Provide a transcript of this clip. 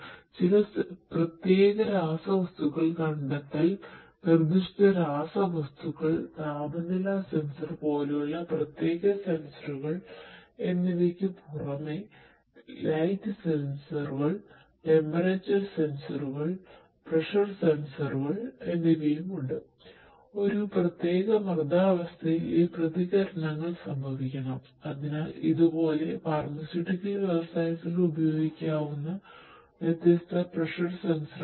ചില പ്രത്യേക രാസവസ്തുക്കൾ കണ്ടെത്തൽ നിർദ്ദിഷ്ട രാസവസ്തുക്കൾ താപനില സെൻസർ പോലുള്ള പ്രത്യേക സെൻസറുകൾ എന്നിവയ്ക്ക് പുറമേ ലൈറ്റ് സെൻസറുകൾ ടെമ്പറേച്ചർ സെൻസർ വ്യവസായത്തിൽ ഉപയോഗിക്കാവുന്ന വ്യത്യസ്ത പ്രഷർ സെൻസറുകൾ ഉണ്ട്